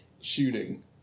shooting